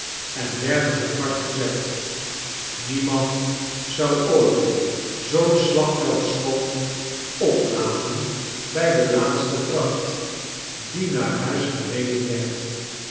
en werden apart gezet niemand zou ooit zoo'n slagveldschoof opladen bij de laatste vracht die naar huis gereden weird